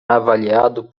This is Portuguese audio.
avaliado